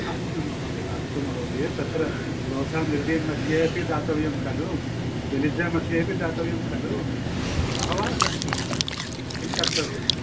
अस्तु महोदय अस्तु महोदये तत्र लोद्धा मेरीडीयन् मध्ये अपि दातव्यं खलु बेलेजामध्ये अपि दातव्यं खलु बहवः सन्ति किं कर्तव्यम्